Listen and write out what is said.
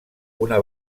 una